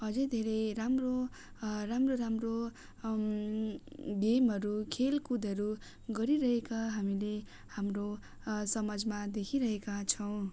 अझै धेरै राम्रो राम्रो राम्रो गेमहरू खेलकुदहरू गरिरहेका हामीले हाम्रो समाजमा देखिरहेका छौँ